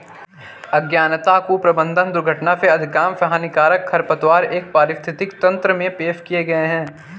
अज्ञानता, कुप्रबंधन, दुर्घटना से अधिकांश हानिकारक खरपतवार एक पारिस्थितिकी तंत्र में पेश किए गए हैं